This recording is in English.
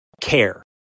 Care